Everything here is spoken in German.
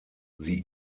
sie